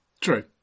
true